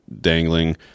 dangling